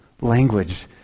language